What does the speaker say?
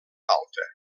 falta